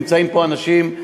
נמצאים פה אנשים,